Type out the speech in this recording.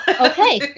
Okay